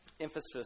emphasis